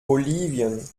bolivien